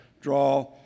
draw